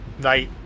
night